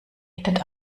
redet